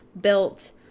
built